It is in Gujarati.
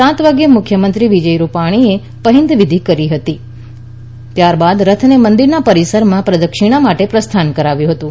સાત વાગે મુખ્યમંત્રી વિજયભાઇ રૂપાણીએ પહિંન્દ વિધી કરી હતી અને ત્યારબાદ રથને મંદિર પરિસરમાં પ્રદક્ષિણા માટે પ્રસ્થાન કરાવ્યું હતું